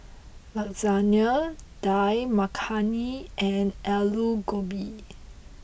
Lasagna Dal Makhani and Alu Gobi